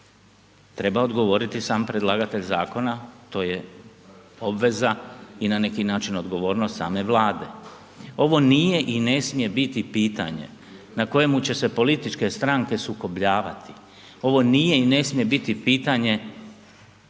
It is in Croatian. treba odgovoriti sam predlagatelj zakona, to je obveza i na neki način odgovornost same Vlade. Ovo nije i ne smije biti pitanje na kojemu će se političke stranke sukobljavati, ovo nije i ne smije biti pitanje